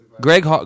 Greg